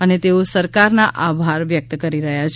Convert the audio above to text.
અને તેઓ સરકારના આભાર વ્યક્ત કરી રહ્યા છે